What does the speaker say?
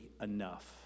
enough